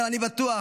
אבל אני בטוח,